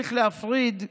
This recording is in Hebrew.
צריך להפריד,